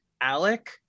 Alec